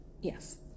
yes